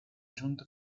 giunto